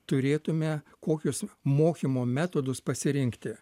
turėtume kokius mokymo metodus pasirinkti